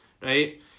right